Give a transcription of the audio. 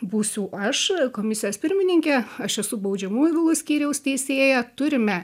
būsiu aš komisijos pirmininkė aš esu baudžiamųjų bylų skyriaus teisėja turime